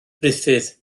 ruffydd